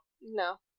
No